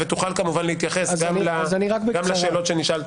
כמו שנאמר פה,